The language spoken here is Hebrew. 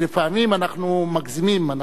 כי לפעמים אנחנו מגזימים.